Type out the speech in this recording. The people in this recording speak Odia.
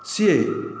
ସିଏ